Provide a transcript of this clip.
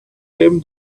him